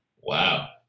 Wow